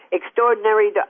extraordinary